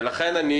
ולכן אני